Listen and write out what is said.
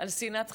על שנאת חינם,